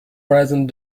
present